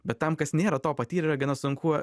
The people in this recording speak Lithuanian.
bet tam kas nėra to patyrę yra gana sunku